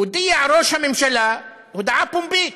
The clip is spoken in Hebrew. הודיע ראש הממשלה הודעה פומבית: